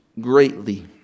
greatly